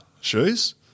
shoes